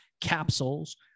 capsules